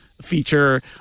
feature